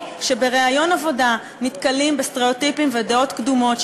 או שבראיון עבודה נתקלים בסטראוטיפים ודעות קדומות,